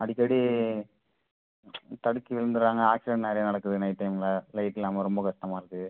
அடிக்கடி தடுக்கி விழுந்துடுறாங்க ஆக்சிடெண்ட் நிறையா நடக்குது நைட் டைமில் லைட் இல்லாமல் ரொம்ப கஷ்டமாக இருக்குது